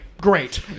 Great